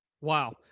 Wow